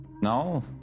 No